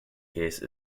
case